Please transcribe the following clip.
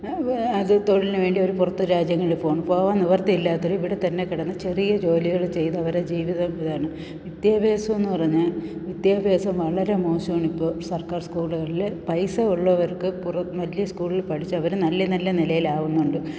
അതു തൊഴിലിനു വേണ്ടി അവർ പുറത്തു രാജ്യങ്ങളിൽ പോകുന്നു പോകാൻ നിവൃത്തിയില്ലാത്തവർ ഇവിടെത്തന്നെ കിടന്നു ചെറിയ ജോലികൾ ചെയ്ത് അവരെ ജീവിതം ഇതാണ് വിദ്യാഭ്യാസമെന്നു പറഞ്ഞ വിദ്യാഭ്യാസം വളരെ മോശമാണിപ്പോൾ സർക്കാർ സ്കൂളുകളിൽ പൈസ ഉള്ളവർക്ക് പുറ വലിയ സ്കൂളിൽ പഠിച്ചവർ നല്ല നല്ല നിലയിലാകുന്നുണ്ട്